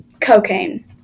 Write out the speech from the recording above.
cocaine